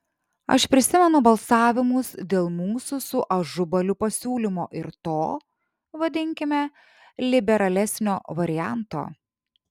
aš prisimenu balsavimus dėl mūsų su ažubaliu pasiūlymo ir to vadinkime liberalesnio varianto